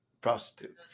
prostitute